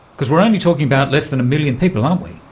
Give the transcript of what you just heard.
because we are only talking about less than a million people, aren't we?